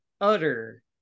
utter